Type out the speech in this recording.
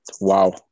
Wow